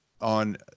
on